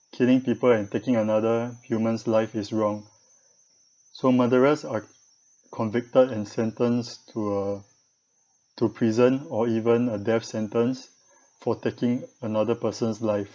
killing people and taking another human's life is wrong so murderers are convicted and sentenced to uh to prison or even a death sentence for taking another person's life